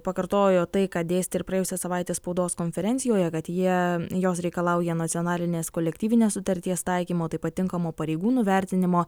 pakartojo tai ką dėstė ir praėjusią savaitę spaudos konferencijoje kad jie jos reikalauja nacionalinės kolektyvinės sutarties taikymo taip pat tinkamo pareigūnų vertinimo